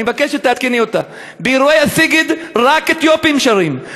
אני מבקש שתעדכני אותה: באירועי הסיגד רק אתיופים שרים,